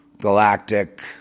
galactic